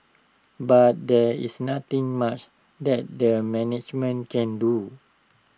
but there is nothing much that their management can do